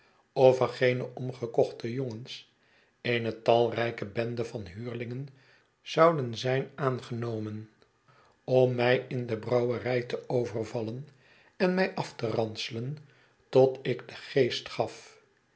er geene omgekochte jongens eene talryke bende van huurlingen zouden zijn aangenomen om mij in de brouwerij te overvallen en mij af te ranselen tot ik den geest gaf